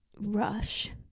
rush